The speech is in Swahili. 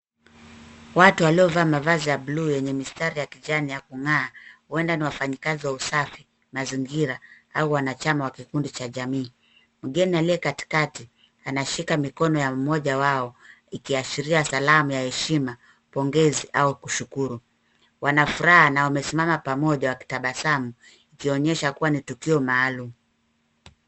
Watu waliovaa mavazi ya buluu yenye mistari ya kijani ya kung'aa huenda ni wafanyikazi wa usafi, mazingira au wanachama wa kikundi cha jamii. Mgeni aliye katikati anashika mikono ya mmoja wao, ikiashiria salamu ya heshima, pongezi au kushukuru. Wana furaha na wamesimama pamoja wakitabasamu, ikionyesha kuwa ni tukio maalum.